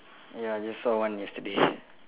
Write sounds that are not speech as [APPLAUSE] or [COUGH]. ya I just saw one yesterday [LAUGHS]